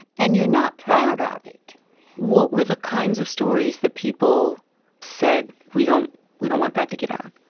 and you're not proud ah of it what were the kinds of stories that people said we don't we don't want that to get out?